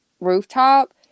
rooftop